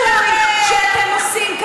את השיסוי שאתם עושים,